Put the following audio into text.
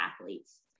athletes